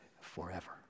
forever